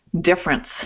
difference